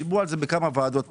דיברו על זה בכמה ועדות.